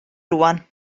rŵan